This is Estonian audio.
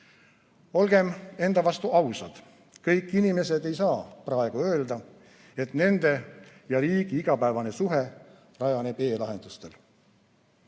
Olgem enda vastu ausad, kõik inimesed ei saa praegu öelda, et nende ja riigi igapäevane suhe rajaneb e-lahendustel.